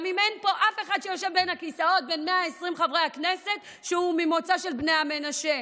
גם אם אין פה אף אחד בין 120 חברי הכנסת שהוא ממוצא של בני המנשה,